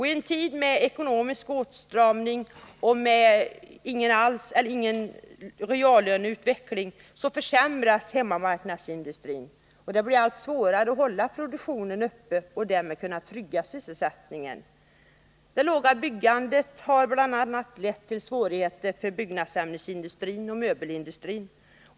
I en tid med ekonomisk åtstramning och ingen reallöneutveckling försämras hemmamarknadsindustrin — det blir allt svårare att hålla produktionen uppe och därmed trygga sysselsättningen. Det låga byggandet har bl.a. lett till svårigheter för byggnadsämnesindustrin och möbelindustrin.